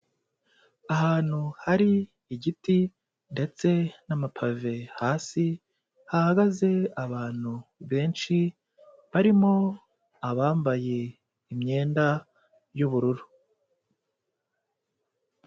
Ahantu hari igiti ndetse n'amapave hasi, hahagaze abantu benshi barimo abambaye imyenda y'ubururu.